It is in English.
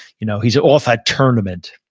you know he's off at tournament.